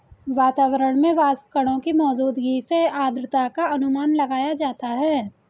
वातावरण में वाष्पकणों की मौजूदगी से आद्रता का अनुमान लगाया जाता है